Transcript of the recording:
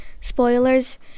Spoilers